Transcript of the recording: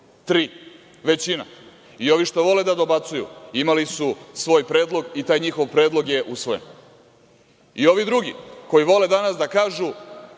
dobacuje.)I ovi što vole da dobacuju imali su svoj predlog i taj njihov predlog je usvojen. Ovi drugi koji vole da kažu